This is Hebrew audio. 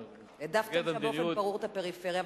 העדפתם באופן ברור את הפריפריה,